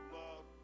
love